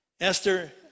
Esther